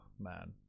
man